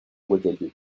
guadeloupe